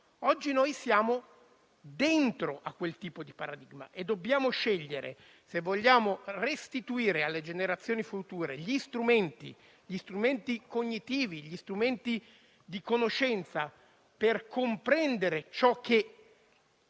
Oggi siamo dentro a quel tipo di paradigma e dobbiamo scegliere se vogliamo restituire alle generazioni future gli strumenti cognitivi, di conoscenza, per comprendere ciò che